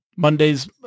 Monday's